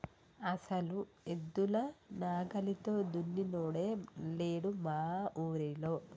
అసలు ఎద్దుల నాగలితో దున్నినోడే లేడు మా ఊరిలో